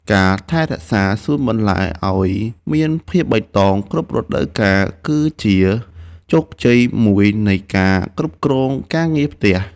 ការថែរក្សាសួនបន្លែឱ្យមានភាពបៃតងគ្រប់រដូវកាលគឺជាជោគជ័យមួយនៃការគ្រប់គ្រងការងារផ្ទះ។